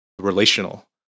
relational